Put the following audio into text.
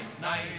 night